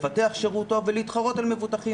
לפתח שירות טוב ולהתחרות על מבוטחים,